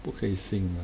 不可以信